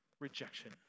rejection